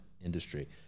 industry